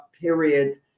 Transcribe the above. period